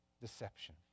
deception